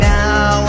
now